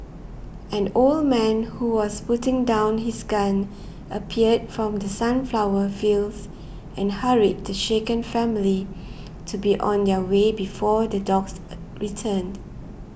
an old man who was putting down his gun appeared from the sunflower fields and hurried the shaken family to be on their way before the dogs return